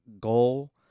goal